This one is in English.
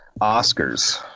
Oscars